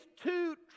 two